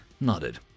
nodded